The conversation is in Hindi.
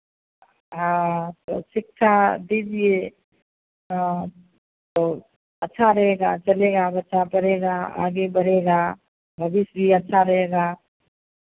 हाँ तब शिक्षा दीजिए हाँ तो अच्छा रहेगा चलेगा बच्चा पढ़ेगा आगे बढ़ेगा भविष्य भी अच्छा रहेगा